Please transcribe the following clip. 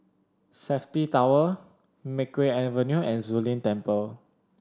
Safti Tower Makeway Avenue and Zu Lin Temple